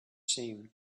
seem